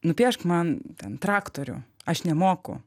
nupiešk man ten traktorių aš nemoku